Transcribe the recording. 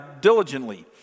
diligently